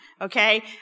Okay